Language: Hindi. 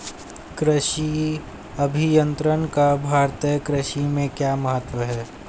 कृषि अभियंत्रण का भारतीय कृषि में क्या महत्व है?